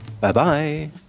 Bye-bye